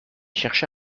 chercha